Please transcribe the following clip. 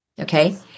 okay